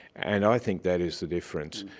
and i think that is the difference.